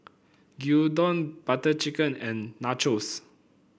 Gyudon Butter Chicken and Nachos